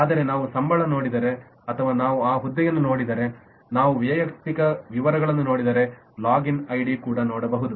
ಆದರೆ ನಾವು ಸಂಬಳ ನೋಡಿದರೆ ಅಥವಾ ನಾವು ಹುದ್ದೆಯನ್ನು ನೋಡಿದರೆ ನಾವು ವೈಯಕ್ತಿಕ ವಿವರಗಳನ್ನು ನೋಡಿದರೆ ಲಾಗಿನ್ ಐಡಿ ಕೂಡ ನೋಡಬಹುದು